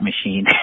machine